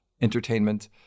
entertainment